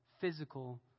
physical